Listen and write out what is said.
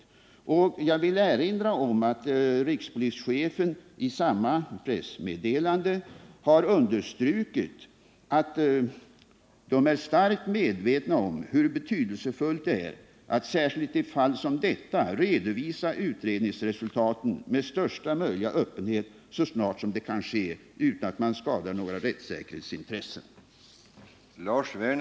Jag vill erinra om att rikspolischefen i samma pressmeddelande har understrukit att man är starkt medveten om hur betydelsefullt det är att, särskilt i ett fall som detta, redovisa utredningsresultaten med största möjliga öppenhet så snart som det kan ske utan att man skadar några rättssäkerhetsintressen.